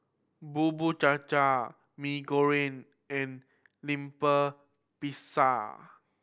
Bubur Cha Cha Mee Goreng and lemper pisa